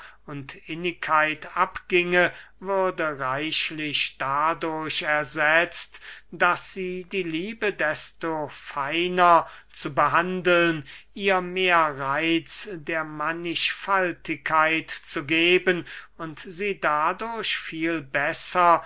und innigkeit abginge würde reichlich dadurch ersetzt daß sie die liebe desto feiner zu behandeln ihr mehr reitz der mannigfaltigkeit zu geben und sie dadurch viel besser